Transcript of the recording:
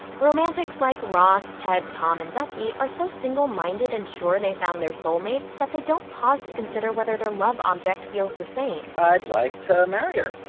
romantics like ross, ted, tom and duckie are so single-minded and sure and they've found their soulmates that they don't pause to consider whether their love object feels the same. i'd like to marry her.